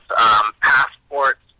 passports